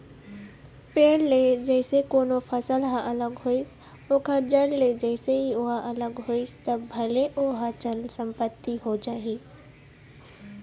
पेड़ ले जइसे कोनो फसल ह अलग होइस ओखर जड़ ले जइसे ही ओहा अलग होइस तब भले ओहा चल संपत्ति हो जाही